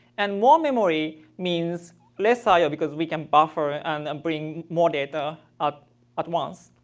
and more memory means less i o because we can buffer and um bring more data out at once.